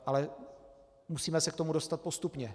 Ale musíme se k tomu dostat postupně.